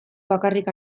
bakarrik